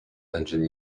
engine